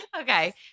Okay